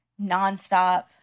nonstop